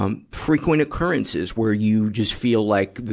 um frequent occurrences where you just feel like,